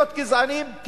להיות גזענים,